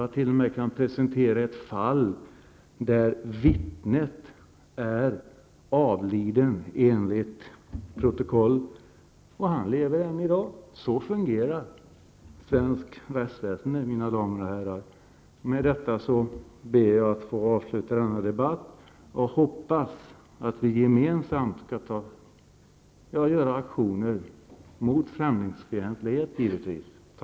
Jag kan t.o.m. presentera ett fall där vittnet enligt protokollet har avlidit. Men han lever än i dag! Så fungerar, mina damer och herrar, svenskt rättsväsende. Jag ber att få avsluta denna debatt. Jag hoppas att vi gemensamt skall vidta aktioner mot främlingsfientlighet.